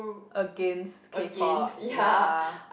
against K-Pop ya